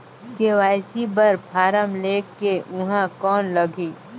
KYC बर फारम ले के ऊहां कौन लगही?